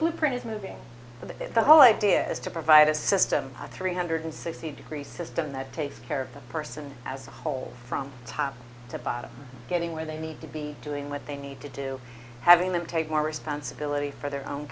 blueprint is moving in that the whole idea is to provide a system three hundred sixty degree system that takes care of the person as a whole from top to bottom getting where they need to be doing what they need to do having them take more responsibility for their own